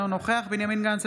אינו נוכח בנימין גנץ,